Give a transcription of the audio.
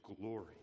glory